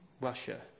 Russia